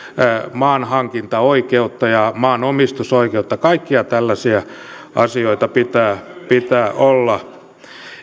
maanhankintaoikeutta ja maanomistusoikeutta kaikkia tällaisia asioita pitää pitää olla